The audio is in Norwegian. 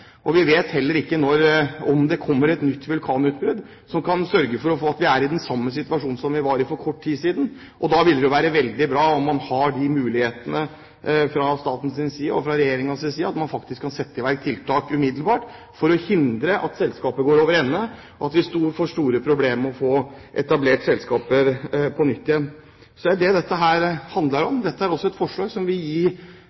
utfordringer. Vi vet heller ikke når, eller om, det kommer et nytt vulkanutbrudd som gjør at vi kommer i den samme situasjonen som vi var i for kort tid siden. Da vil det være veldig bra om man fra statens og Regjeringens side har mulighet til faktisk å kunne sette i verk tiltak umiddelbart for å hindre at selskap går overende og at vi får store problemer med å få etablert selskaper på nytt igjen. Det er det dette handler om.